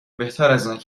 بهترازاینه